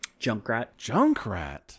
Junkrat